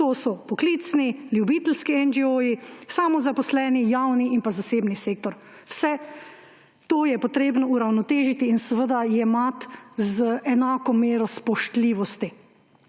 to so poklicni, ljubiteljski NGO, samozaposleni, javni in zasebni sektor. Vse to je potrebno uravnotežiti in seveda jemati z enako mero spoštljivosti.